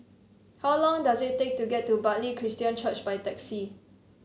how long does it take to get to Bartley Christian Church by taxi